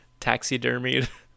taxidermied